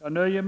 Herr talman!